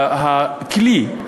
שהכלי,